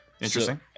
Interesting